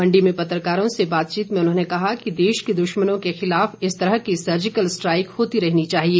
मंडी में पत्रकारों से बातचीत में उन्होंने कहा कि देश के दुश्मनों के खिलाफ इस तरह की सर्जिकल स्ट्राईक होती रहनी चाहिए